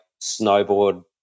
snowboard